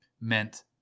meant